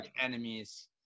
enemies